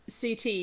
CT